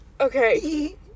Okay